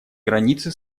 границы